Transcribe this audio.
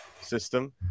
system